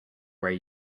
where